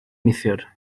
neithiwr